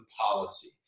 policy